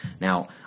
Now